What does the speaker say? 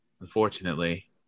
unfortunately